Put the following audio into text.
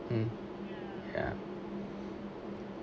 um ya